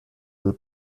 del